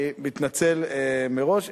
אני מתנצל מראש,